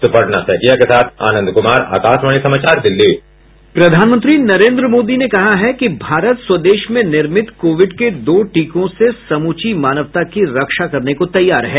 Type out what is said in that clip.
सुपर्णा सैकिया के साथ आनंद कुमार आकाशवाणी समाचार प्रधानमंत्री नरेन्द्र मोदी ने कहा कि भारत स्वदेश में निर्मित कोविड के दो टीकों से समूची मानवता की रक्षा करने को तैयार है